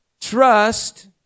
trust